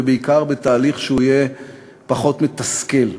ובעיקר בתהליך שיהיה פחות מתסכל.